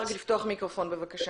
בבקשה.